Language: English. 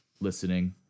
listening